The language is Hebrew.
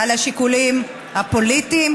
על השיקולים הפוליטיים,